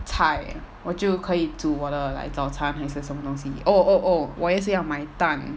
菜我就可以煮我的 like 早餐还是什么东西 oh oh oh 我也是要买蛋